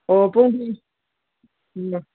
ꯑꯣ ꯄꯨꯡꯗꯤ ꯎꯝ